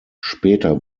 später